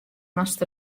moast